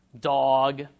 dog